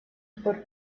por